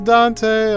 Dante